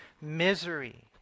misery